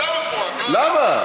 למה?